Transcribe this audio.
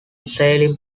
sailing